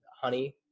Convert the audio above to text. honey